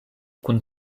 kun